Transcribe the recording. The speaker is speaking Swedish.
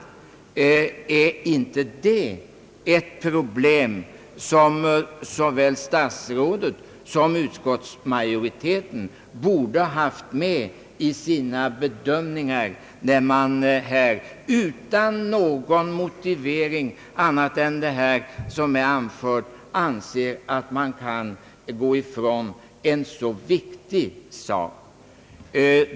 Är inte det ett problem som såväl statsrådet som utskottsmajoriteten borde ha haft med i sina bedömningar? Utan någon motivering annat än vad som här anförts anser man sig kunna förbigå en så viktig sak.